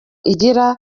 igira